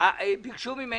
ביקשו ממני,